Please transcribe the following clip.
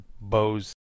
Bose